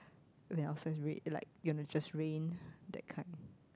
when upstairs red you like you wanna just rain that kind